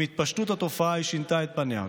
עם התפשטות התופעה היא שינתה את פניה,